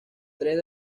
tres